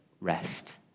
rest